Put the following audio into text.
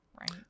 right